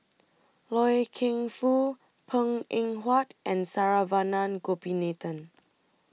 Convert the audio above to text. Loy Keng Foo Png Eng Huat and Saravanan Gopinathan